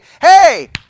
hey